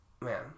Man